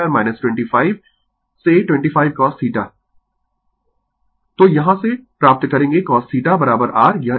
Refer Slide Time 0929 तो यहाँ से प्राप्त करेंगें cos थीटा r यह एक